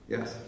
Yes